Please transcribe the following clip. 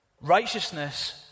Righteousness